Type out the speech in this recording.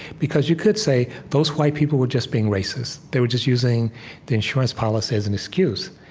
because you could say, those white people were just being racist. they were just using the insurance policy as an excuse.